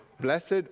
Blessed